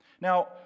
Now